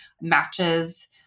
matches